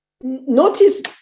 notice